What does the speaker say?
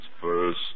first